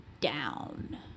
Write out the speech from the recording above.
down